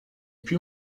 più